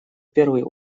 первый